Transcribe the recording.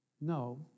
No